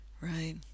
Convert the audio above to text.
right